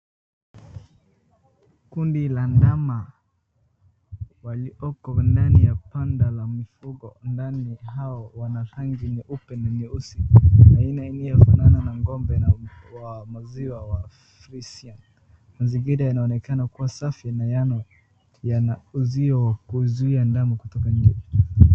Kundi la ndama walioko ndani ya panda la mifugo. Ndama hao wana rangi nyeupe na nyeusi aina iliofanana na ng'ombe na, wa maziwa wa fresian . Mazingira inaonekana kuwa safi na yano, yana uzio wa kuzuia ndama kutoka nje.